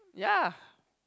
yeah